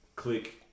Click